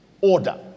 order